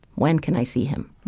when can i see him?